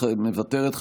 מוותרת.